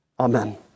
Amen